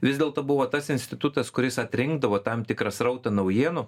vis dėlto buvo tas institutas kuris atrinkdavo tam tikrą srautą naujienų